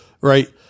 right